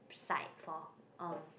side for um